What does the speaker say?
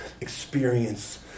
experience